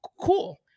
Cool